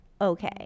okay